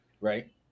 Right